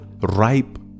ripe